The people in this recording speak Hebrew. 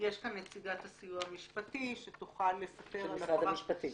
נציגת הסיוע המשפטי שתוכל לספר --- של משרד המשפטים.